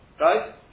right